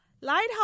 Lighthouse